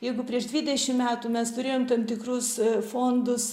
jeigu prieš dvidešim metų mes turėjom tam tikrus fondus